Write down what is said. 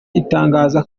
itangaza